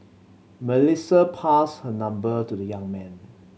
Melissa passed her number to the young man